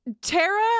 Tara